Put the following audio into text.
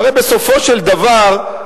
הרי בסופו של דבר,